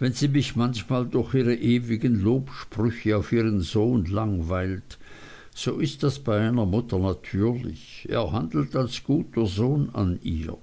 wenn sie mich manchmal durch ihre ewigen lobsprüche auf ihren sohn langweilt so ist das bei einer mutter natürlich er handelt als guter sohn an ihr